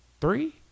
Three